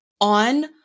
on